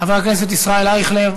חבר הכנסת ישראל אייכלר,